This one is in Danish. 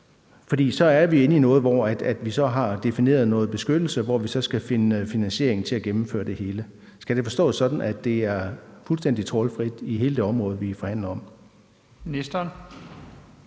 For så er vi inde i noget, hvor vi har defineret noget beskyttelse, og hvor vi så skal finde finansiering til at gennemføre det hele. Skal det forstås sådan, at det er fuldstændig trawlfrit i hele det område, vi forhandler om?